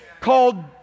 called